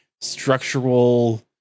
structural